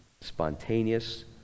spontaneous